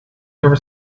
never